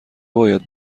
باید